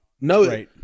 No